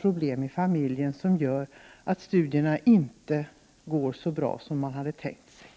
problem i familjen som gör att studierna inte går så bra som man hade tänkt sig.